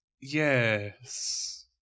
Yes